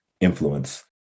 influence